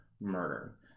murder